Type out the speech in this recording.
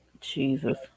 Jesus